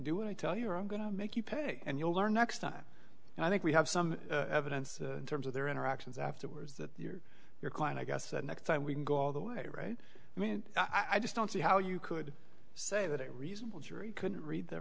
do what i tell you i'm going to make you pay and you'll learn next time and i think we have some evidence terms of their interactions afterwards that you or your client i guess the next time we go all the way right i mean i just don't see how you could say that a reasonable jury could read the